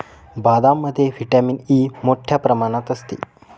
बदामामध्ये vitamin E मोठ्ठ्या प्रमाणात असते